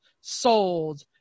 sold